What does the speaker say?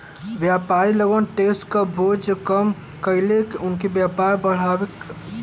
व्यापारी लोगन क टैक्स क बोझ कम कइके उनके व्यापार में बढ़ोतरी करना सरकार क लक्ष्य होला